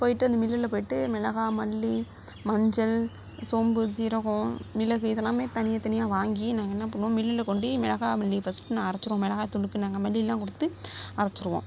போய்ட்டு அந்த மில்லில் போய்ட்டு மிளகாய் மல்லி மஞ்சள் சோம்பு ஜீரகம் மிளகு இதெல்லாமே தனியா தனியா வாங்கி நாங்கள் என்ன பண்ணுவோம் மில்லில் கொண்டு மிளகாய் மல்லி ஃபஸ்ட் நான் அரைச்சிடுவோம் மிளகாய் தூளுக்கு நாங்கள் மல்லிலாம் கொடுத்து அரைச்சிருவோம்